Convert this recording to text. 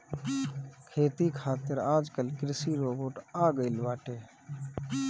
खेती खातिर आजकल कृषि रोबोट आ गइल बाटे